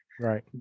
Right